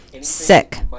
sick